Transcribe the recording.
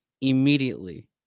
immediately